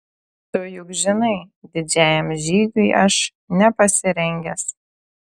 tu juk žinai didžiajam žygiui aš nepasirengęs